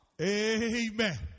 Amen